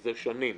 מזה שנים.